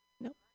Nope